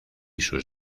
sus